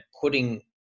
putting